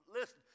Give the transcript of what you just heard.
listen